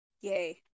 Yay